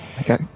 Okay